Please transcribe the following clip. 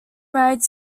married